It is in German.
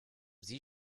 sie